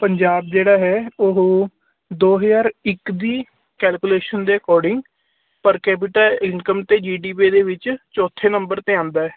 ਪੰਜਾਬ ਜਿਹੜਾ ਹੈ ਉਹ ਦੋ ਹਜ਼ਾਰ ਇੱਕ ਦੀ ਕੈਲਕੂਲੇਸ਼ਨ ਦੇ ਅਕੋਰਡਿੰਗ ਪਰ ਕੈਪੀਟਲ ਇਨਕਮ ਅਤੇ ਜੀ ਡੀ ਪੀ ਦੇ ਵਿੱਚ ਚੌਥੇ ਨੰਬਰ 'ਤੇ ਆਉਂਦਾ